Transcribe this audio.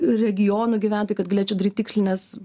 regionų gyventojai kad galėčiau daryti tikslines